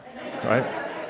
right